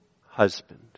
husband